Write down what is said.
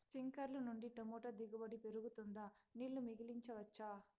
స్ప్రింక్లర్లు నుండి టమోటా దిగుబడి పెరుగుతుందా? నీళ్లు మిగిలించవచ్చా?